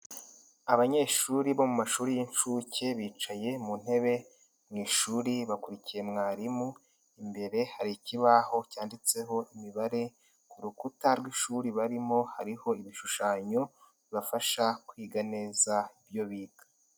Abanyeshuri bo mu mashuri y'incuke bicaye mu ntebe mu ishuri bakurikiye mwarimu, imbere hari ikibaho cyanditseho imibare, ku rukuta rw'ishuri barimo hariho ibishushanyo bibafasha kwiga neza ibyo biga.